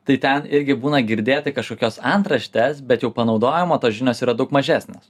tai ten irgi būna girdėti kažkokios antraštės bet jau panaudojimo tos žinios yra daug mažesnės